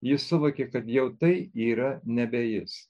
jis suvokė kad jau tai yra nebe jis